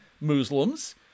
Muslims